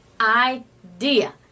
idea